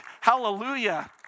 Hallelujah